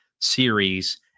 series